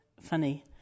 funny